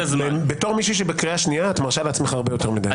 בתור מישהי בקריאה שנייה את מרשה לעצמך יותר מדי.